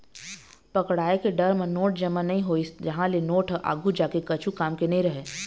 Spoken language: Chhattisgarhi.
पकड़ाय के डर म नोट जमा नइ होइस, तहाँ ले नोट ह आघु जाके कछु काम के नइ रहय